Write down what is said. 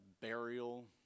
burial